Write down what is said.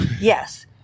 Yes